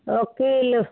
वकील